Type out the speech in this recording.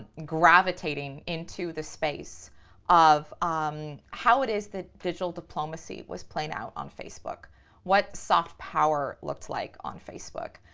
gravitating into this space of um how it is that digital diplomacy was playing out on facebook what soft power looked like on facebook,